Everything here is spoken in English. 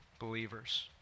believers